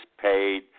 paid